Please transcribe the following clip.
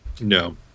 No